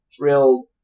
thrilled